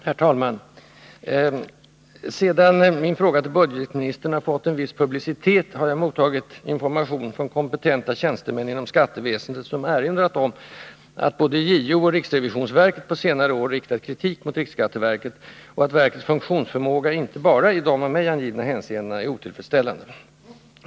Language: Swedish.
Herr talman! Sedan min fråga till budgetministern har fått en viss publicitet har jag mottagit hänvändelser från kompetenta tjänstemän inom skatteväsendet, som erinrat om att både JO och riksrevisionsverket på senare år riktat kritik mot riksskatteverket som inneburit att verkets funktionsförmåga inte bara i de av mig angivna hänseendena är otillfredsställande.